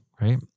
right